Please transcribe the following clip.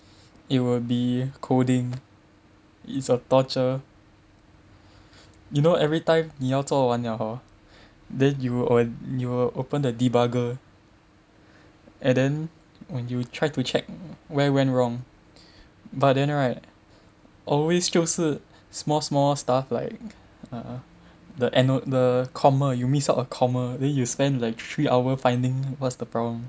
it will be coding it's a torture you know everytime 你要做完了 hor then you you will open the debugger and then when you try to check where went wrong but then right always 就是 small small stuff like err the end the comma you miss out a comma then you spent like three hour finding what's the problem